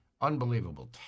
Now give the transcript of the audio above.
Unbelievable